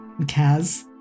Kaz